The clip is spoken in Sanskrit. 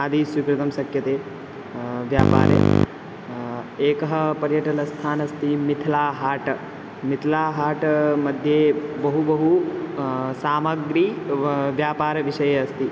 आदि स्वीकर्तुं शक्यते व्यापारे एकं पर्यटनस्थानस्ति मिथिला हाट् मिथला हाट्मध्ये बहु बहु सामग्री व्यापारविषये अस्ति